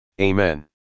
Amen